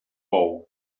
bou